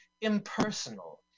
impersonal